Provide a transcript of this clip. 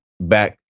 back